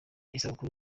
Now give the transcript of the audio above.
isabukuru